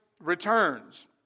returns